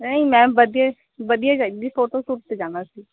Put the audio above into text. ਨਹੀਂ ਮੈਮ ਵਧੀਆ ਵਧੀਆ ਚਾਹੀਦੀ ਫੋਟੋ ਸ਼ੂਟ 'ਤੇ ਜਾਣਾ ਅਸੀਂ